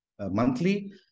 monthly